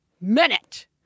minute